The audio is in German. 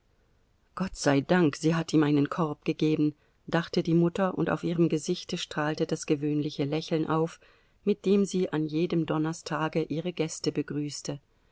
gott sei dank sie hat ihm einen korb gegeben dachte die mutter und auf ihrem gesichte strahlte das gewöhnliche lächeln auf mit dem sie an jedem donnerstage ihre gäste begrüßte